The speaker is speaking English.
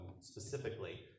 specifically